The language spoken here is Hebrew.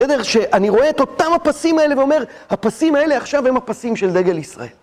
איך שאני רואה את אותם הפסים האלה ואומר, הפסים האלה עכשיו הם הפסים של דגל ישראל.